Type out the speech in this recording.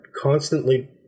constantly